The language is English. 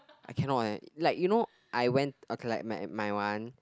I cannot eh like you know I when okay like my my one